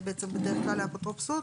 בדרך כלל לאפוטרופסות,